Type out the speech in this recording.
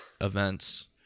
events